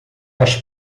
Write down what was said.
mais